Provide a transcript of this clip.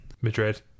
Madrid